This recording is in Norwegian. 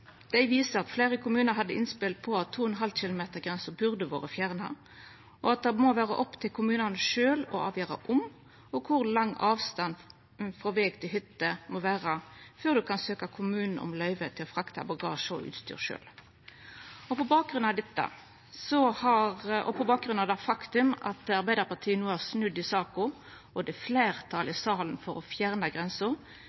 Dei viste at fleire kommunar hadde innspel på at 2,5 km-grensa burde vore fjerna, og at det må vera opp til kommunane sjølve å avgjera om og kor lang avstanda frå veg til hytte må vera før ein kan søkja kommunen om løyve til å frakta bagasje og utstyr sjølv. På bakgrunn av dette og det faktum at Arbeidarpartiet no har snudd i saka, og det er